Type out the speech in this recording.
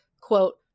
quote